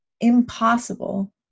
impossible